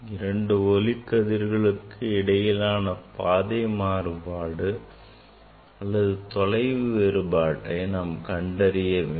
இரண்டு ஒளிக்கதிர் களுக்கு இடையிலான பாதை மாறுபாடு அல்லது தொலைவு வேறுபாட்டை நாம் கண்டறிய வேண்டும்